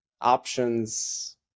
options